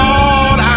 Lord